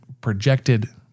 projected